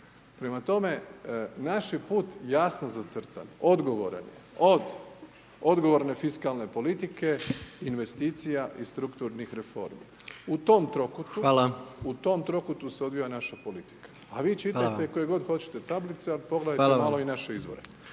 Prema tome, naš je put jasno zacrtan, odgovoran od odgovorne fiskalne politike, investicija i strukturnih reformi. U tom trokutu se odvija naša politika a vi čitate koje god hoćete tablice ali pogledajte malo i naše izvore.